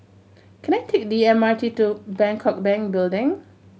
can I take the M R T to Bangkok Bank Building